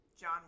John